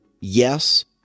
yes